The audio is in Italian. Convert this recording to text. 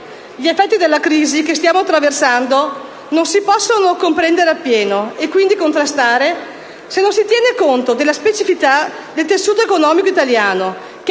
Gli effetti della crisi che stiamo attraversando non si possono comprendere appieno, e quindi contrastare, se non si tiene conto della specificità del tessuto economico italiano, che